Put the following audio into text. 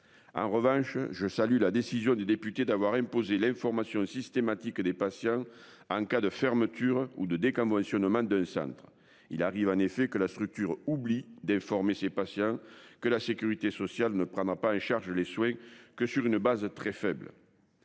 En revanche je salue la décision du député d'avoir imposé l'information systématique des patients en cas de fermeture ou de déconventionnement d'un centre il arrive en effet que la structure oublie déformé ses patients que la sécurité sociale ne prendra pas en charge les soins que sur une base très faible.